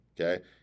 okay